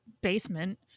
basement